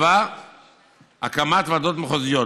7. הקמת ועדות מחוזיות,